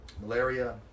Malaria